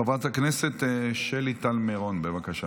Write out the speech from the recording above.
חברת הכנסת שלי טל מירון, בבקשה.